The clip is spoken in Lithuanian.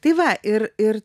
tai va ir ir